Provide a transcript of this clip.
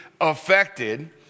affected